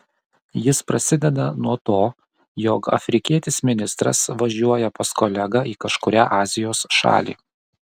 jis prasideda nuo to jog afrikietis ministras važiuoja pas kolegą į kažkurią azijos šalį